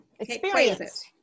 Experience